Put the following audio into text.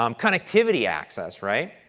um connectivity access, right?